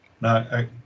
No